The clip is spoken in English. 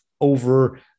over